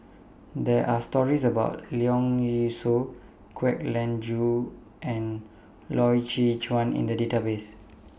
There Are stories about Leong Yee Soo Kwek Leng Joo and Loy Chye Chuan in The databases